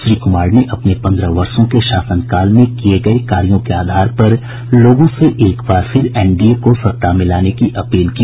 श्री कुमार ने अपने पन्द्रह वर्षो के शासनकाल में किये गये कार्यो के आधार पर लोगों से एकबार फिर एनडीए को सत्ता में लाने की अपील की